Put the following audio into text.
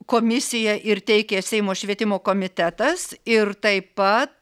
komisija ir teikė seimo švietimo komitetas ir taip pat